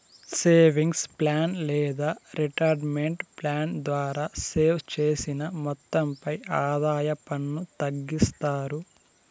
savings plan లేదా retirement plan ద్వారా save చేసిన మొత్తంపై ఆదాయ పన్ను తగ్గిస్తారు